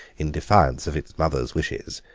in defiance of its mother's wishes,